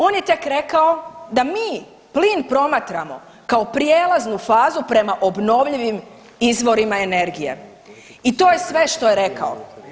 On je tek rekao da mi plin promatramo kao prijelaznu fazu prema obnovljivim izvorima energije i to je sve što je rekao.